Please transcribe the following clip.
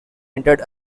entered